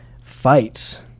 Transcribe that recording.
fights